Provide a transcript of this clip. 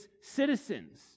citizens